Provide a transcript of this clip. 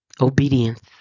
Obedience